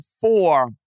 four